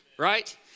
Right